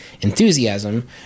Enthusiasm